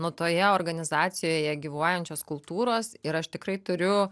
nuo toje organizacijoje gyvuojančios kultūros ir aš tikrai turiu